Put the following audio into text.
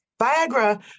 Viagra